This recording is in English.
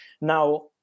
Now